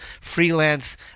freelance